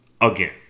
again